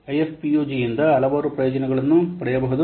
ಐಎಫ್ಪಿಯುಜಿಯಿಂದ ಹಲವಾರು ಪ್ರಯೋಜನಗಳನ್ನು ಪಡೆಯಬಹುದು